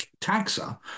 taxa